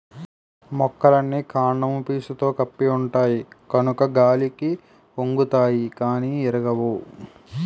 మొక్కలన్నీ కాండము పీసుతో కప్పి ఉంటాయి కనుక గాలికి ఒంగుతాయి గానీ ఇరగవు